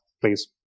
please